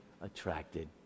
attracted